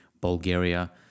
bulgaria